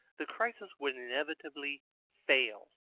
the crisis would inevitably fail.